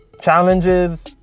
challenges